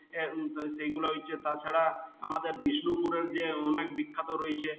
সেইগুলো হইছে তাছাড়া আমাদের বিষ্ণুপুরের যে অনেক বিখ্যাত রয়েছে